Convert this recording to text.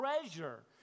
treasure